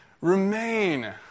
Remain